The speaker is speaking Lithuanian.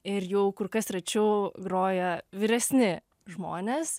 ir jau kur kas rečiau groja vyresni žmonės